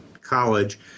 college